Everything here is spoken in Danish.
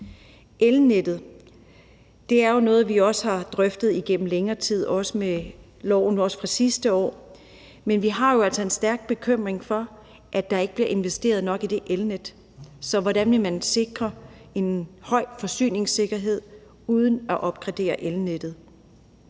Elnettet er jo noget, vi har drøftet gennem længere tid, også i forbindelse med loven fra sidste år. Men vi har jo altså en stærk bekymring for, at der ikke bliver investeret nok i det elnet. Så hvordan vil man sikre en høj forsyningssikkerhed uden at opgradere elnettet?